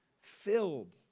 filled